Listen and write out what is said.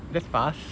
that's fast